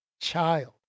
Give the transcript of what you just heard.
child